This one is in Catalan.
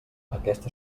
aquesta